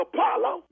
Apollo